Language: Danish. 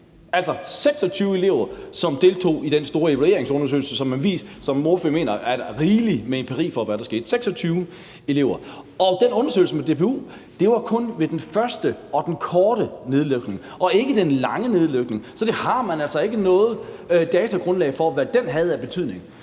altså 26 elever – som deltog i den store evalueringsundersøgelse, som ordføreren mener giver rigelig med empiri, i forhold til hvad der skete. Og i undersøgelsen fra DPU har man kun set på den første, altså den korte nedlukning, og ikke den lange nedlukning. Så der har man altså ikke noget datagrundlag for at sige, hvad den havde af betydning.